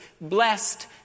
blessed